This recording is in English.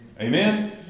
Amen